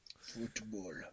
Football